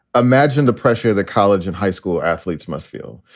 imagine the pressure that college and high school athletes must feel.